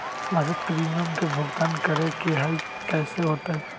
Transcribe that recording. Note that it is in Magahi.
मासिक प्रीमियम के भुगतान करे के हई कैसे होतई?